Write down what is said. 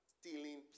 stealing